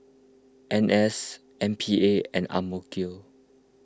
N S M P A and Amk